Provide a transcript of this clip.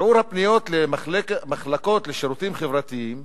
שיעור הפניות למחלקות לשירותים חברתיים